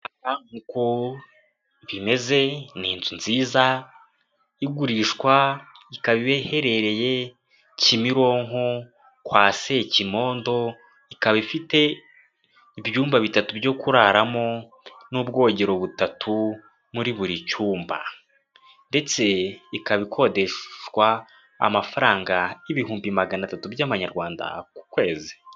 Nk'uko bimeze ni inzu nziza igurishwa ikaba iherereye kimironko kwa sekimodo ikaba ifite ibyumba bitatu byo kuraramo n'ubwogero butatu muri buri cyumba ndetse ikaba ikodeshwa amafaranga y'ibihumbi magana atatu by'amanyarwanda ku kwezi.